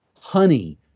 Honey